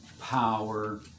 power